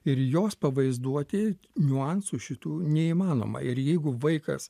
ir jos pavaizduoti niuansų šitų neįmanoma ir jeigu vaikas